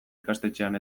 ikastetxean